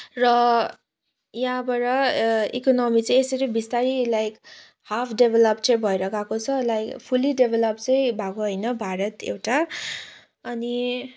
र यहाँबाट इकोनमी चाहिँ यसरी बिस्तारै लाइक हाफ डेभेलप चाहिँ भएर गएको छ लाइक फुल्ली डेभेलप चाहिँ भएको होइन भारत एउटा अनि